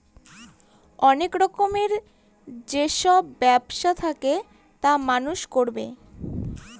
অনেক রকমের যেসব ব্যবসা থাকে তা মানুষ করবে